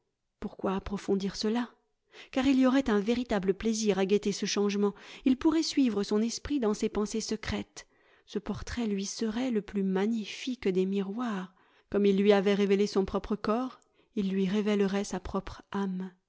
pourquoi approfondir cela car il y aurait un véritable plaisir à guetter ce changement il pourrait suivre son esprit dans ses pensées secrètes ce portrait lui serait le plus magnifique des miroirs comme il lui avait révélé son propre corps il lui révélerait sa propre âme